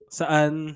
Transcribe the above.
saan